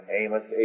Amos